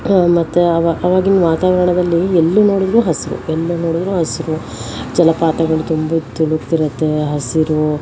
ಮತ್ತೆ ಆವ ಆವಾಗಿನ ವಾತಾವರಣದಲ್ಲಿ ಎಲ್ಲಿ ನೋಡಿದ್ರೂ ಹಸಿರು ಎಲ್ಲಿ ನೋಡಿದ್ರೂ ಹಸಿರು ಜಲಪಾತಗಳು ತುಂಬಿ ತುಳಕ್ತಿರುತ್ತೆ ಹಸಿರು